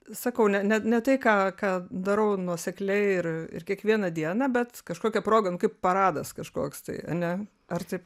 sakau ne ne ne tai ką ką darau nuosekliai ir ir kiekvieną dieną bet kažkokia proga nu kaip paradas kažkoks tai ane ar taip